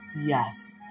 Yes